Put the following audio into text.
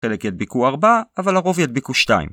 ‫חלק ידביקו ארבע, אבל הרוב ידביקו שתיים.